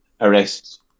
arrest